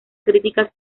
críticas